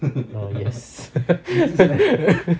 oh yes